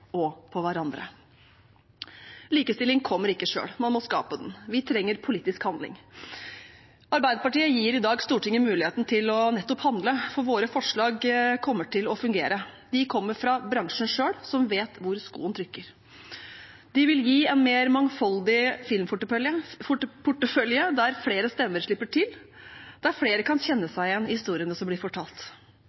og på hverandre. Likestilling kommer ikke av seg selv; man må skape den. Vi trenger politisk handling. Arbeiderpartiet gir i dag Stortinget muligheten til nettopp å handle, for våre forslag kommer til å fungere. De kommer fra bransjen selv, som vet hvor skoen trykker. De vil gi en mer mangfoldig filmportefølje der flere stemmer slipper til, og der flere kan kjenne seg igjen i historiene som blir fortalt.